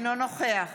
אינו נוכח